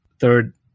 third